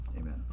amen